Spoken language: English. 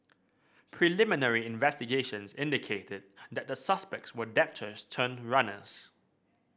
preliminary investigations indicated that the suspects were debtors turned runners